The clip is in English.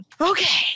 Okay